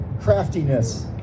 craftiness